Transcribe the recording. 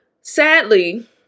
Sadly